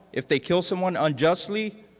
if they kill someone unjustly,